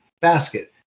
basket